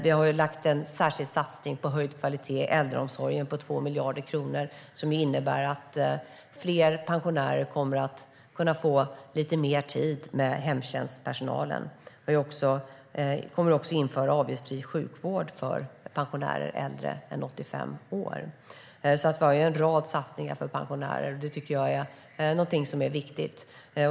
Vi har gjort en särskild satsning på höjd kvalitet i äldreomsorgen på 2 miljarder kronor som innebär att fler pensionärer kommer att kunna få lite mer tid med hemtjänstpersonalen. Vi kommer också att införa avgiftsfri sjukvård för pensionärer äldre än 85 år. Vi har alltså en rad satsningar för pensionärer, och det tycker jag är något som är viktigt.